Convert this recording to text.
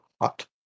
hot